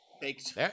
Baked